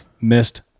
missed